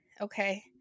Okay